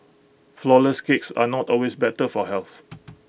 Flourless Cakes are not always better for health